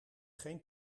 geen